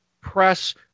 press